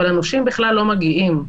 אבל הנושים בכלל לא מגיעים.